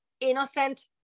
innocent